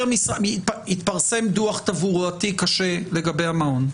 התפרסם דוח תברואתי קשה לגבי המעון.